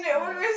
no